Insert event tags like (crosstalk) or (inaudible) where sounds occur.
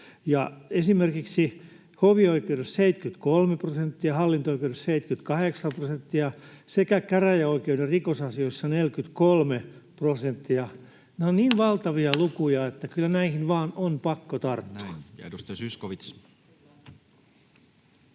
esimerkiksi hovioikeudessa 73 prosenttia, hallinto-oikeudessa 78 prosenttia sekä käräjäoikeuden rikosasioissa 43 prosenttia. (noise) Nämä ovat niin valtavia lukuja, että kyllä näihin on vain pakko tarttua.